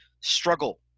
struggle